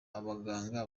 abaganga